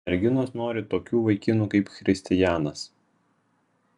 merginos nori tokių vaikinų kaip christijanas